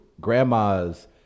Grandma's